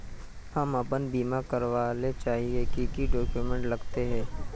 हम अपन बीमा करावेल चाहिए की की डक्यूमेंट्स लगते है?